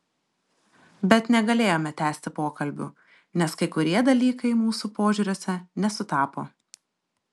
bet negalėjome tęsti pokalbių nes kai kurie dalykai mūsų požiūriuose nesutapo